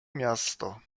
miasto